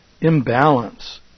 imbalance